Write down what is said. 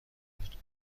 بود